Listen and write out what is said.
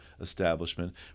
establishment